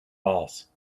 balls